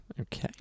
Okay